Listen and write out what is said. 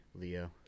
Leo